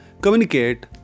communicate